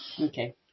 Okay